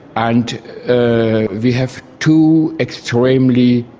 and we have two extremely,